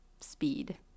speed